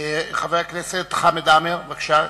חבר הכנסת חמד עמאר, בבקשה,